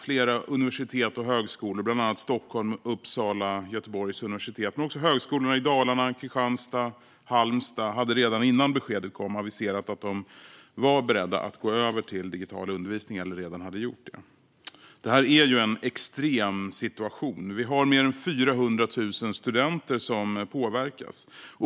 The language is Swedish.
Flera universitet och högskolor, bland annat universiteten i Stockholm, Uppsala och Göteborg men också högskolorna i Dalarna, Kristianstad och Halmstad, hade redan innan beskedet kom aviserat att de var beredda att gå över till digital undervisning eller hade redan gjort det. Det här är en extrem situation med mer än 400 000 studenter som påverkas.